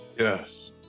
Yes